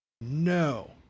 No